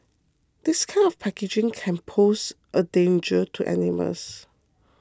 this kind of packaging can pose a danger to animals